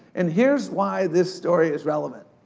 and here's why this story is relevant.